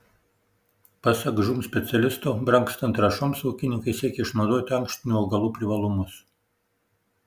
pasak žūm specialisto brangstant trąšoms ūkininkai siekia išnaudoti ankštinių augalų privalumus